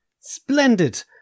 Splendid